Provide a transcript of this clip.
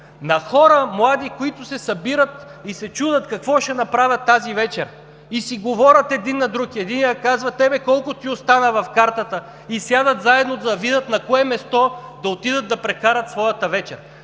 хора, които се събират и се чудят какво ще направят тази вечер. И си говорят един на друг. Единият казва: „На теб колко ти остава в картата?“ и сядат заедно да видят на кое место да отидат да прекарат своята вечер.